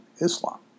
Islam